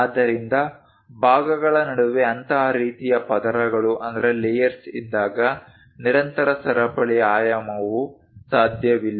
ಆದ್ದರಿಂದ ಭಾಗಗಳ ನಡುವೆ ಅಂತಹ ರೀತಿಯ ಪದರಗಳು ಇದ್ದಾಗ ನಿರಂತರ ಸರಪಳಿ ಆಯಾಮವು ಸಾಧ್ಯವಿಲ್ಲ